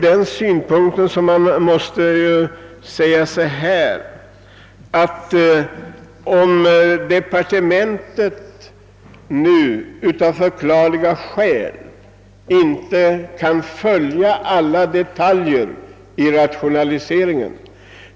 Departementet kan av förklarliga skäl inte följa alla detaljer i rationaliseringen.